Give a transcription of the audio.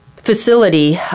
Facility